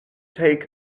take